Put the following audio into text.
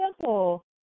simple